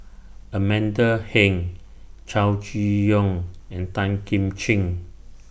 Amanda Heng Chow Chee Yong and Tan Kim Ching